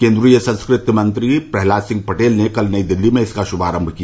केन्द्रीय संस्कृति मंत्री प्रह्लाद सिंह पटेल ने कल नई दिल्ली में इसका शुभारम्भ किया